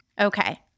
Okay